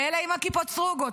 אלה עם הכיפות הסרוגות,